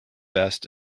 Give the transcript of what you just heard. vest